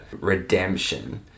redemption